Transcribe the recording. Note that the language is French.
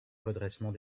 redressement